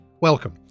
Welcome